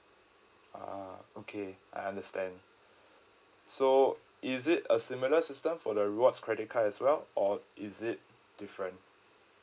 a'ah okay I understand so is it a similar system for the rewards credit card as well or is it different